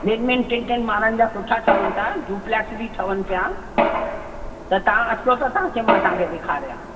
main मेन किन किन माण्हूनि जा सुठा ठहनि था ड्युप्लेक्स बि ठहनि पिया त तव्हां अचो त तव्हांखे मां तव्हांखे ॾेखारिया